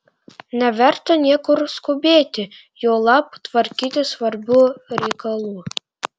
neverta niekur skubėti juolab tvarkyti svarbių reikalų